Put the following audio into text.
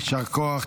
יישר כוח.